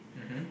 mmhmm